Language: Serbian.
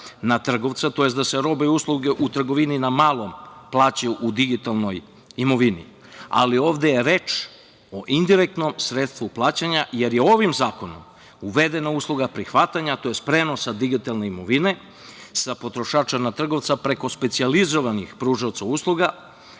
na trgovca, tj. da se robe i usluge u trgovini na malo plaćaju u digitalnoj imovini, ali ovde je reč o indirektnom sredstvu plaćanja, jer je ovim zakonom uvedena usluga prihvatanja tj. prenosa digitalne imovine sa potrošača na trgovca, preko specijalizovanih pružaoca usluga